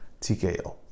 TKO